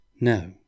No